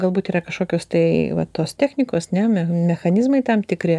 o galbūt yra kažkokios tai va tos technikos ne me mechanizmai tam